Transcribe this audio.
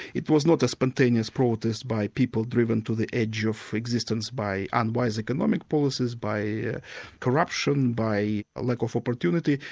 it was not a spontaneous protest by people driven to the edge of existence by unwise economic policies, by corruption, by a lack of opportunity,